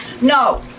No